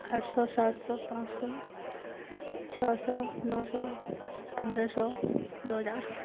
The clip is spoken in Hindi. आठ सौ सात सौ पांच सौ छः सौ पन्द्रह सौ दो हजार